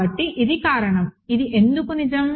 కాబట్టి ఇది కారణం ఇది ఎందుకు నిజం